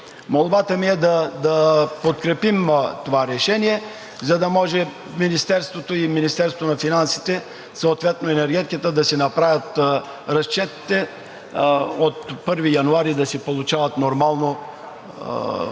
молбата ми е да подкрепим това решение, за да може министерствата на финансите и на енергетиката да си направят разчетите – от 1 януари да си получават нормално